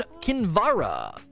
Kinvara